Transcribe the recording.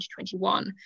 2021